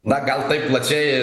na gal taip plačiai